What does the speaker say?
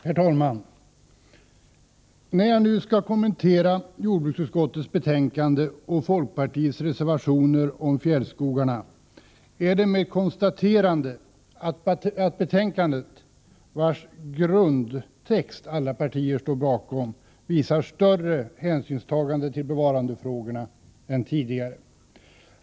Herr talman! När jag nu skall kommentera jordbruksutskottets betänkande och folkpartiets reservationer om fjällskogarna kan det ske med ett konstaterande av att betänkandet, vars grundtext alla partier står bakom, visar större hänsynstagande till bevarandefrågorna än tidigare.